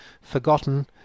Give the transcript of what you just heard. forgotten